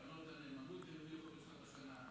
קרנות הנאמנות הרוויחו בסוף השנה.